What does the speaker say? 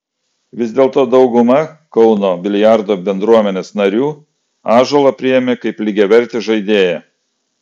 vis dėlto dauguma kauno biliardo bendruomenės narių ąžuolą priėmė kaip lygiavertį žaidėją